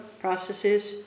processes